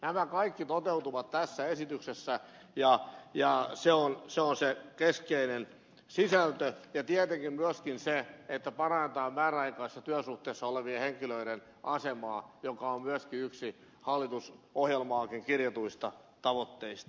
nämä kaikki toteutuvat tässä esityksessä ja se on se keskeinen sisältö ja tietenkin myöskin se että parannetaan määräaikaisissa työsuhteissa olevien henkilöiden asemaa mikä on myöskin yksi hallitusohjelmaankin kirjatuista tavoitteista